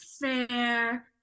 fair